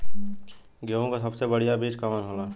गेहूँक सबसे बढ़िया बिज कवन होला?